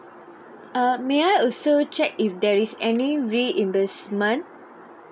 uh may I also check if there is any reimbursement